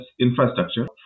infrastructure